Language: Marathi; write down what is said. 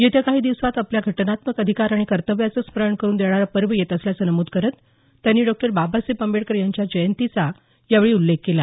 येत्या काही दिवसांत आपल्या घटनात्मक अधिकार आणि कर्तव्यांचं स्मरण करून देणारं पर्व येत असल्याचं नमुद करत त्यांनी डॉक्टर बाबासाहेब आंबेडकर यांच्या जयंतीचा यावेळी उल्लेख केला